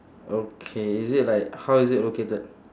okay is it like how is it located